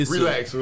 Relax